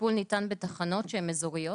הטיפול ניתן בתחנות שהן אזוריות.